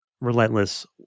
relentless